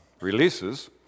releases